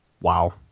wow